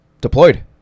deployed